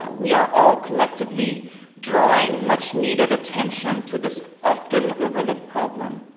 we are all collectively drawing much-needed attention to this often overlooked problem,